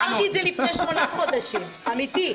אמרתי את זה לפני שמונה חודשים, אמיתי.